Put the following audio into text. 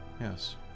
Yes